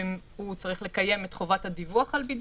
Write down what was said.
הוא צריך לקיים את חובת הדיווח על בידוד,